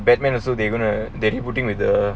batman also they're gonna they're putting with the